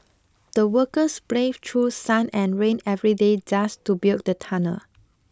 the workers braved through sun and rain every day just to build the tunnel